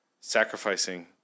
sacrificing